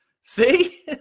See